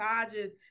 massages